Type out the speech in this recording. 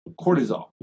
cortisol